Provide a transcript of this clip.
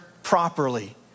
properly